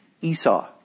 Esau